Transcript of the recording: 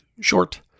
short